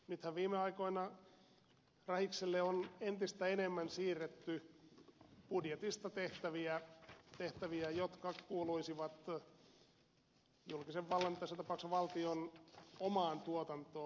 nythän viime aikoina rahikselle on entistä enemmän siirretty budjetista tehtäviä jotka kuuluisivat julkisen vallan tässä tapauksessa valtion omaan tuotantoon